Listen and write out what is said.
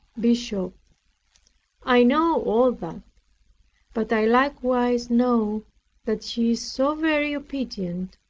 bishop i know all that but i likewise know that she is so very obedient,